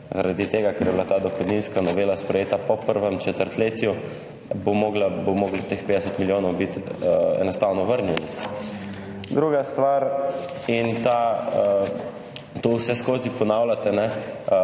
ker je bila ta dohodninska novela sprejeta, po prvem četrtletju bo mogla, bo moglo teh 50 milijonov biti enostavno vrnjenih. Druga stvar, in ta, to vseskozi ponavljate,